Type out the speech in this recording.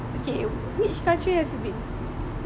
okay which country have you been